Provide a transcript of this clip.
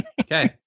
okay